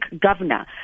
governor